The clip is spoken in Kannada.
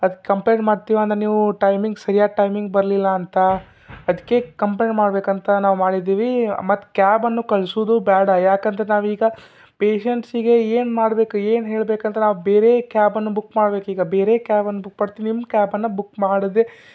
ಅದು ಕಂಪ್ಲೇಂಟ್ ಮಾಡ್ತೀವಿ ಅಂದರೆ ನೀವು ಟೈಮಿಂಗ್ ಸರಿಯಾದ ಟೈಮಿಂಗ್ ಬರಲಿಲ್ಲ ಅಂತ ಅದಕ್ಕೆ ಕಂಪ್ಲೇಂಟ್ ಮಾಡಬೇಕಂತ ನಾವು ಮಾಡಿದ್ದೀವಿ ಮತ್ತು ಕ್ಯಾಬನ್ನು ಕಳ್ಸೋದು ಬೇಡ ಯಾಕಂದ್ರೆ ನಾವೀಗ ಪೇಶಂಟ್ಸಿಗೆ ಏನು ಮಾಡ್ಬೇಕು ಏನು ಹೇಳ್ಬೇಕು ಅಂತ ನಾವು ಬೇರೆ ಕ್ಯಾಬನ್ನು ಬುಕ್ ಮಾಡಬೇಕೀಗ ಬೇರೆ ಕ್ಯಾಬನ್ನು ಬುಕ್ ಮಾಡ್ತೀವಿ ನಿಮ್ಮ ಕ್ಯಾಬನ್ನು ಬುಕ್ ಮಾಡದೆ